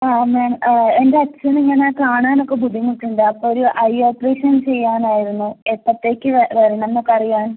ആ അമ്മയാണ് എൻ്റെ അച്ഛനിങ്ങനെ കാണാനൊക്കെ ബുദ്ധിമുട്ടുണ്ട് അപ്പമൊരു ഐ ഓപ്പറേഷൻ ചെയ്യാനായിരുന്നു എപ്പോഴ്ത്തേക്ക് വരണമെന്ന് പറയാൻ